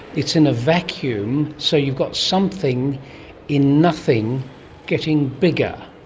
it's in a vacuum, so you've got something in nothing getting bigger.